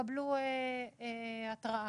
יקבלו התראה